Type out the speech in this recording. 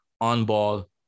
on-ball